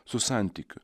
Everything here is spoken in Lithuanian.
su santykiu